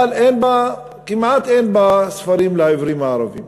אבל אין בה, כמעט אין בה, ספרים לעיוורים הערבים.